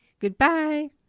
Goodbye